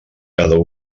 cada